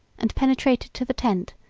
and penetrated to the tent,